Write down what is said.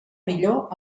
millor